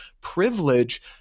privilege